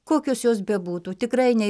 kokios jos bebūtų tikrai nei